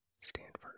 Stanford